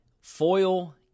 foil